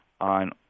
on